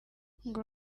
ngo